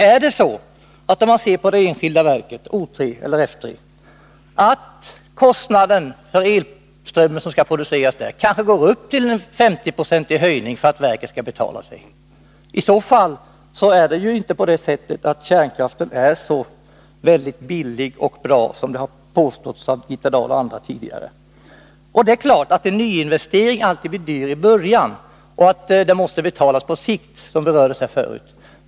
Är det så, att kostnaden för elströmmen som skall produceras av O3 eller F3 kommer att höjas med kanske 50 96 för att verket skall betala sig? I så fall är ju inte kärnkraften så väldigt billig och bra som det tidigare har påståtts av Birgitta Dahl och andra. Det är klart att en nyinvestering alltid blir dyr i början och att den måste betalas på sikt, vilket berördes här förut.